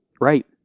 Right